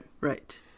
Right